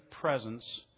presence